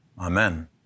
Amen